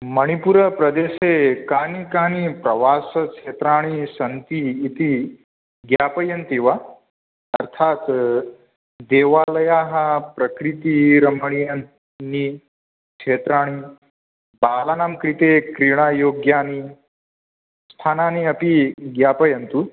मणिपुरप्रदेशे कानि कानि प्रवासक्षेत्राणि सन्ति इति ज्ञापयन्ति वा अर्थात् देवालयाः प्रकृतिरमणीयानि क्षेत्राणि बालानां कृते क्रीडायोग्यानि स्थानानि अपि ज्ञापयन्तु